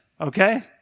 okay